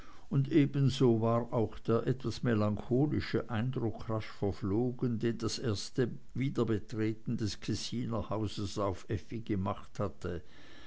und ebenso war auch der etwas melancholische eindruck rasch verflogen den das erste wiederbetreten ihres kessiner hauses auf effi gemacht hatte